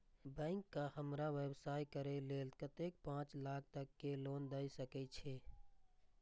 Bank का हमरा व्यवसाय करें के लेल कतेक पाँच लाख तक के लोन दाय सके छे?